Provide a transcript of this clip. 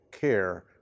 care